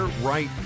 right